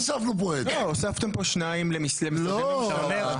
הוספתם פה שניים למשרדי ממשלה.